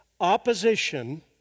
opposition